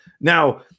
Now